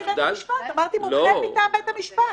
אמרתי מומחה מטעם בית המשפט.